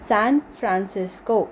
San Francisco